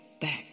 back